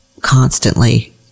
constantly